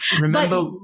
Remember